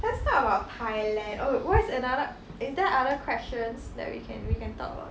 let's talk about thailand oh what's another is there other questions that we can we can talk about it